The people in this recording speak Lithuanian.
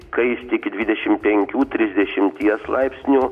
kaisti iki dvidešimt penkių trisdešimties laipsnių